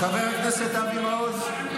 חבר הכנסת אבי מעוז,